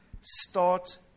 start